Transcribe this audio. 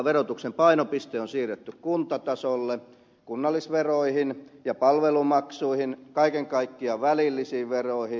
verotuksen painopiste on siirretty kuntatasolle kunnallisveroihin ja palvelumaksuihin kaiken kaikkiaan välillisiin veroihin